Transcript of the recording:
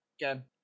again